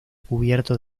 cubierto